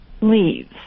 leaves